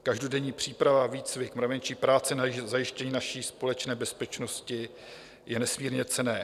Každodenní příprava, výcvik, mravenčí práce na zajištění naší společné bezpečnosti je nesmírně cenná.